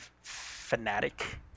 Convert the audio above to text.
fanatic